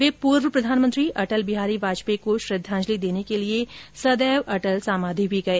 वे पूर्व प्रधानमंत्री अटल बिहारी वाजपेयी को श्रद्वांजलि देने को लिए सदैव अटल समाधि भी गए